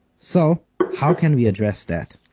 so, how can we address that?